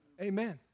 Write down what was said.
Amen